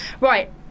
Right